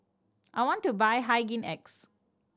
I want to buy Hygin X